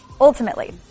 Ultimately